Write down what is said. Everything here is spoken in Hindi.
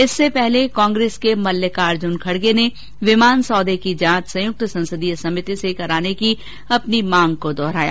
इससे पहले कांग्रेस के मल्लिकार्जुन खड़गे ने विमान सौदे की जांच संसदीय संयुक्त समिति से कराने की अपनी मांग दोहराई